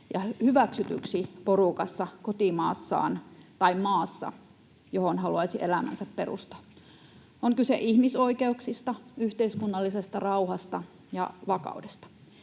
ja hyväksytyksi porukassa, kotimaassaan tai maassa, johon haluaisi elämänsä perustaa. On kyse ihmisoikeuksista, yhteiskunnallisesta rauhasta ja vakaudesta,